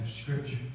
Scripture